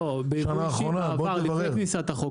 לא, ביבוא אישי בעבר, לפני כניסת החוק.